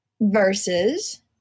versus